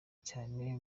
cyane